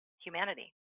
humanity